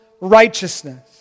righteousness